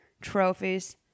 trophies